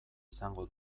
izango